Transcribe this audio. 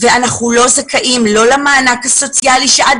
ואנחנו לא זכאים לא למענק הסוציאלי שעד